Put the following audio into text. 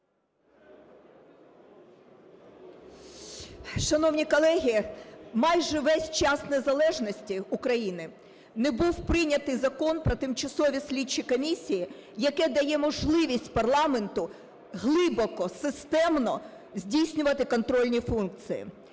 Шановні колеги, майже весь час незалежності України не був прийнятий Закон про тимчасові слідчі комісії, який дає можливість парламенту глибоко системно здійснювати контрольні функції.